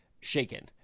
shaken